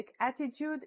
attitude